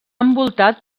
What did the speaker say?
envoltat